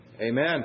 Amen